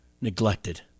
neglected